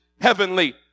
heavenly